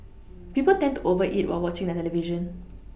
people tend to over eat while watching the television